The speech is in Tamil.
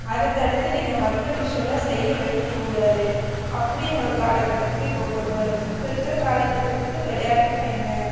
அதை தடுத்து நீங்கள் மற்ற விஷயோலாம் செய்ய வைக்கக்கூடாது அப்படின் ஒரு கால கட்டத்துக்கே இப்போ கொண்டு வரணும் இப்போ இருக்கிற காலகட்டத்துக்கு விளையாட்டுன்னா என்ன